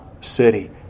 city